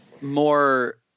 more